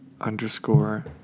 underscore